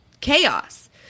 chaos